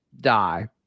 die